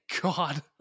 god